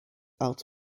out